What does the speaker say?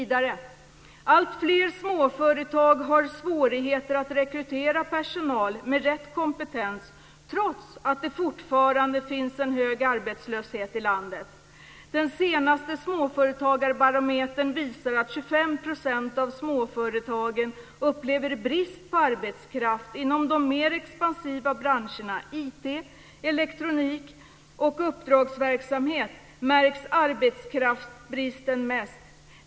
"Alltfler småföretag har svårigheter att rekrytera personal med rätt kompetens trots att det fortfarande finns en hög arbetslöshet i landet. Den senaste småföretagarbarometern visar att 25 % av småföretagen upplever brist på arbetskraft. Inom de mer expansiva branscherna - IT, elektronik och uppdragsverksamhet - märks arbetskraftsbristen mest.